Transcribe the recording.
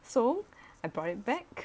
so I brought it back